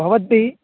भवद्भिः